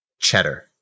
Cheddar